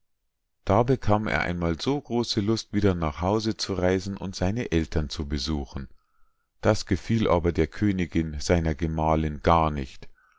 da bekam er einmal so große lust wieder nach hause zu reisen und seine ältern zu besuchen das gefiel aber der königinn seiner gemahlinn gar nicht